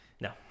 No